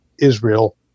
Israel